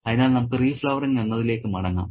അതിനാൽ നമുക്ക് റീഫ്ലവറിങ് എന്നതിലേക്ക് മടങ്ങാം